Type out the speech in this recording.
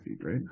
right